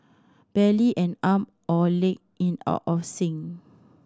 barely an arm or leg in out of sync